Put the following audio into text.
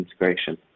integration